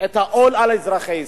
את העול על אזרחי ישראל?